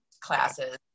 classes